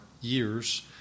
years